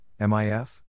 MIF